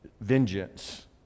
vengeance